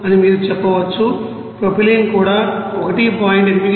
అని మీరు చెప్పవచ్చు ప్రొపైలీన్ కూడా 1